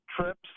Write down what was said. trips